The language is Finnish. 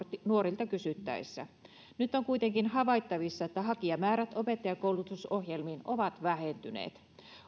nuorilta kysyttäessä nyt on kuitenkin havaittavissa että hakijamäärät opettajankoulutusohjelmiin ovat vähentyneet